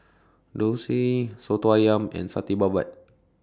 Dosa Soto Ayam and Satay Babat